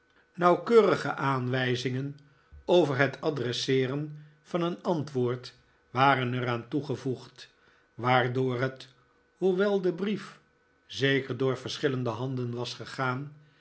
nauwkeurige david copperfield aanwijzingen over het adresseeren van een antwoord waren er aan toegevoegd waardoor het hoewel de brief zeker door verschillende handen was gegaan